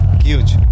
huge